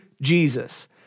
Jesus